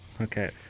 Okay